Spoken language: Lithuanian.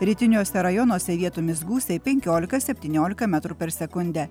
rytiniuose rajonuose vietomis gūsiai penkiolika septyniolika metrų per sekundę